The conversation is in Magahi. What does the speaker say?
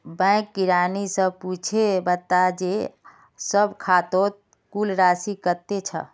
बैंक किरानी स पूछे बता जे सब खातौत कुल राशि कत्ते छ